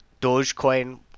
dogecoin